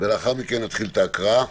ולאחר מכן נתחיל את ההקראה.